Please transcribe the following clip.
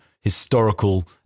historical